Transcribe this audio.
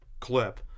clip